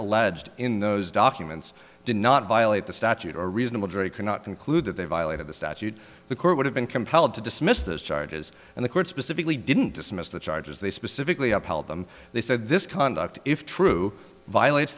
alleged in those documents did not violate the statute or a reasonable jury cannot conclude that they violated the statute the court would have been compelled to dismiss those charges and the court specifically didn't dismiss the charges they specifically upheld them they said this conduct if true violates